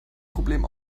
problem